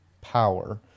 power